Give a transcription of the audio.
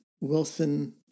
Wilson